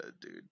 dude